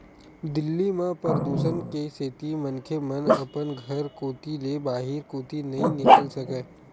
दिल्ली म परदूसन के सेती मनखे मन अपन घर कोती ले बाहिर कोती नइ निकल सकय